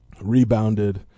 rebounded